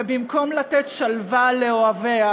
ובמקום לתת שלווה לאוהביה,